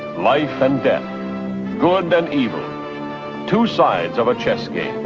life and death, good and evil. two sides of a chess game,